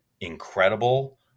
incredible